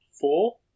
Four